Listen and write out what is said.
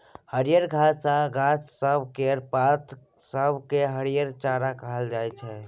हरियर घास आ गाछ सब केर पात सब केँ हरिहर चारा कहल जाइ छै